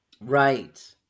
Right